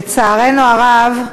לצערנו הרב,